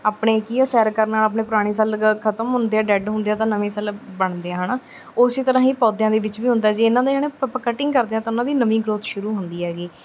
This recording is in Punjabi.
ਆਪਣੇ ਕੀ ਆ ਸੈਰ ਕਰਨ ਨਾਲ ਆਪਣੇ ਪੁਰਾਣੇ ਸੈੱਲ ਖਤਮ ਹੁੰਦੇ ਆ ਡੈਡ ਹੁੰਦੇ ਤਾਂ ਨਵੇਂ ਸਾਲ ਬਣਦੇ ਆ ਹੈ ਨਾ ਉਸੇ ਤਰ੍ਹਾਂ ਹੀ ਪੌਦਿਆਂ ਦੇ ਵਿੱਚ ਵੀ ਹੁੰਦਾ ਜੇ ਇਹਨਾਂ ਦੀ ਨਾ ਆਪਾਂ ਕਟਿੰਗ ਕਰਦੇ ਹਾਂ ਤਾਂ ਉਹਨਾਂ ਦੀ ਨਵੀਂ ਗਰੋਥ ਸ਼ੁਰੂ ਹੁੰਦੀ ਹੈਗੀ